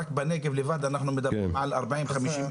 רק בנגב לבד אנחנו מדברים על 40,000-50,000.